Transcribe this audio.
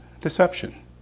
Deception